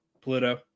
Pluto